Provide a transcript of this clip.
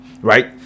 right